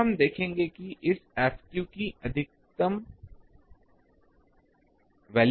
अब हम देखेंगे कि इस F की अधिकतम वैल्यू क्या है